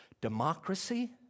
democracy